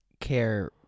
care